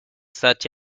such